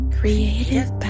Creative